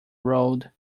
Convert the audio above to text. road